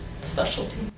specialty